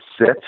sit